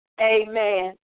Amen